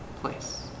place